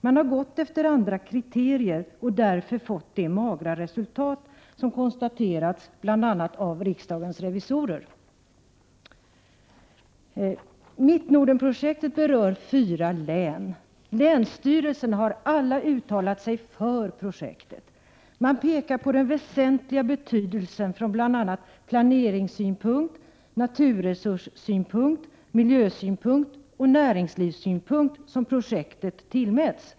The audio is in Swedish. Man har gått efter andra kriterier och därför har resultatet blivit magert, vilket konstateras bl.a. av riksdagens revisorer. Mittnordenprojektet berör fyra län. Samtliga fyra länsstyrelser har uttalat sig för projektet. Man pekar på den stora betydelse exempelvis ur planeringssynpunkt, naturresurssynpunkt, miljösynpunkt och näringslivssynpunkt som projektet tillmäts.